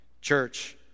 Church